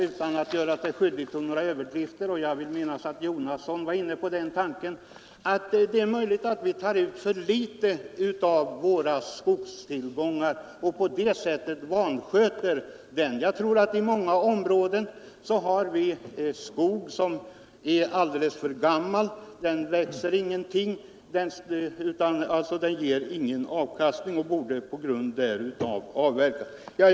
Utan att göra mig skyldig till några överdrifter vågar jag påstå — jag vill minnas att herr Jonasson var inne på den tanken — att det är möjligt att vi tar ut för litet av våra skogstillgångar och på det sättet missköter skogen. På många områden har vi skog som är alldeles för gammal. Den växer inte. Den ger ingen avkastning och borde på grund därav avverkas.